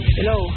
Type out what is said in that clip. Hello